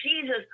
Jesus